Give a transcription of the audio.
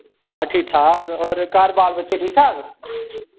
बस ठीक ठाक होर घर बाल बच्चे ठीक ठाक